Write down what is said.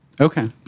Okay